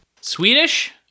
Swedish